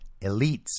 elites